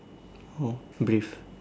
oh breathe